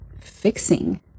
fixing